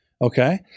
Okay